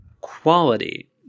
quality